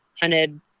hunted